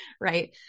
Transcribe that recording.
Right